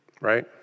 Right